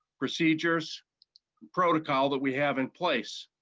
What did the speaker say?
procedures's protocol that we have in place.